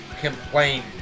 complain